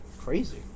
crazy